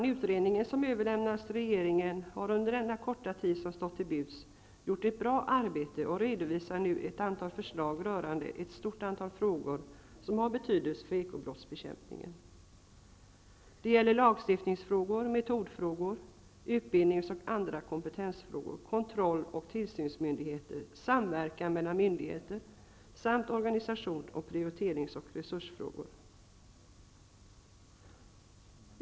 Den utredning som överlämnades till regeringen den 7 januari har under den korta tid som stått till buds gjort ett bra arbete och redovisar nu förslag rörande ett stort antal frågor som har betydelse för ekobrottsbekämpningen. De gäller lagstiftningsfrågor, metodfrågor, utbildnings och andra kompetensfrågor, kontroll och tillsynsmyndigheter, samverkan mellan myndigheter samt organisations-, prioriterings och resursfrågor.